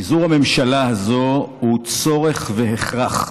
פיזור הממשלה הזאת הוא צורך והכרח.